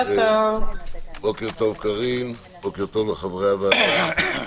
בוקר טוב קארין, לחברי הוועדה.